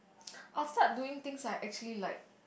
I'll start doing things like actually like